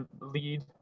lead